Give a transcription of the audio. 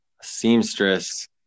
seamstress